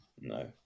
No